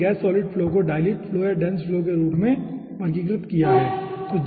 हमने gas solid flow को dilute flow और डेन्स फ्लो के रूप में वर्गीकृत किया है ठीक है